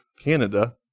Canada